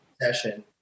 session